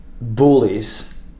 bullies